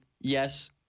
yes